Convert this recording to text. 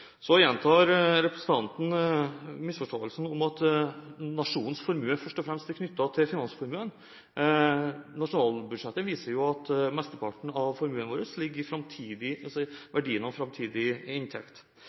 Så gjentar representanten misforståelsen om at nasjonens formue først og fremst er knyttet til finansformuen. Nasjonalbudsjettet viser jo at mesteparten av formuen vår ligger i verdien av framtidig inntekt.